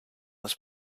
was